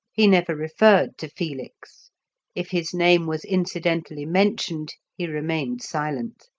he never referred to felix if his name was incidentally mentioned, he remained silent.